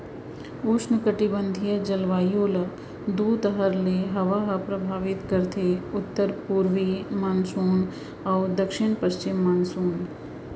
उस्नकटिबंधीय जलवायु ल दू तरह के हवा ह परभावित करथे उत्तर पूरवी मानसून अउ दक्छिन पस्चिम मानसून